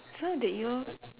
so did you